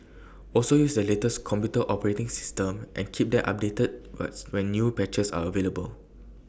also use the latest computer operating system and keep them updated was when new patches are available